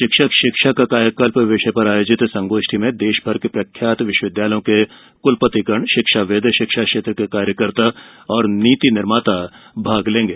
शिक्षक शिक्षा का कायाकल्प विषय पर आयोजित संगोष्ठी में देश भर के प्रख्यात विश्वविद्यालयों के कुलपतिगण शिक्षाविद शिक्षा क्षेत्र के कार्यकर्ता और नीति निर्माता भाग लेंगे